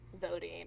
voting